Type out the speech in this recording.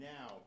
Now